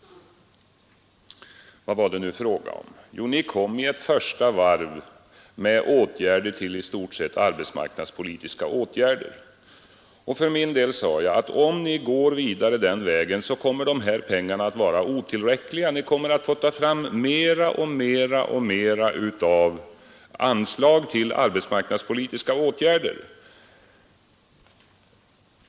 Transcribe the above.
Vad var det nu fråga om? Jo, ni kom i ett första varv i stort sett med förslag till arbetsmarknads politiska åtgärder. För min del sade jag att om ni går vidare på den vägen, kommer de här pengarna att vara otillräckliga; ni kommer att få ta fram mer och mer av anslag till arbetsmarknadspolitiska åtgärder.